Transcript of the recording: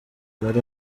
yari